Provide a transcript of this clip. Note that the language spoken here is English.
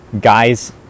guys